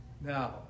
now